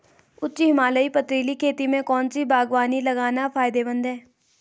उच्च हिमालयी पथरीली खेती में कौन सी बागवानी लगाना फायदेमंद है?